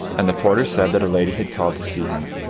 and the porter said that a lady had called to see him,